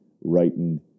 writing